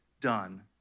done